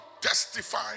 testify